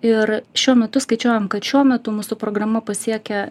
ir šiuo metu skaičiuojam kad šiuo metu mūsų programa pasiekia